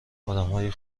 آدمهای